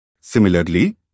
Similarly